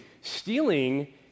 Stealing